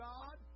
God